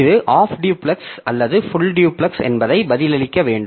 இது half duplex அல்லது full duplex என்பதை பதிலளிக்க வேண்டும்